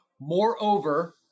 Moreover